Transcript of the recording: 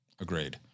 Agreed